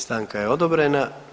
Stanka je odobrena.